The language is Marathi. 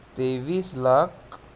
तेवीस लाख